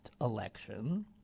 election